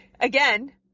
again